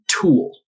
tool